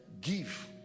give